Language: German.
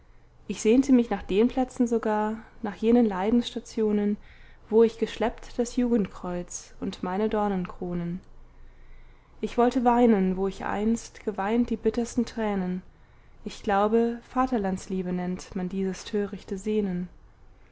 ich sehnte mich nach den plätzen sogar nach jenen leidensstationen wo ich geschleppt das jugendkreuz und meine dornenkronen ich wollte weinen wo ich einst geweint die bittersten tränen ich glaube vaterlandsliebe nennt man dieses törichte sehnen